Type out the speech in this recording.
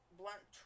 blunt